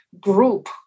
group